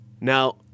Now